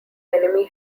enemy